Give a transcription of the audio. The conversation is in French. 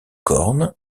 corne